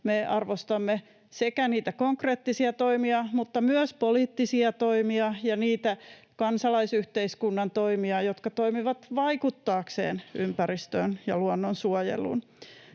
me arvostamme sekä niitä konkreettisia toimia mutta myös poliittisia toimia ja niitä kansalaisyhteiskunnan toimia, jotka toimivat vaikuttaakseen ympäristöön ja luonnonsuojeluun.